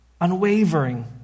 Unwavering